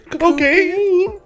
okay